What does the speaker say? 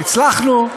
הצלחנו.